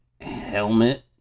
helmet